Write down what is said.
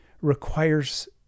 requires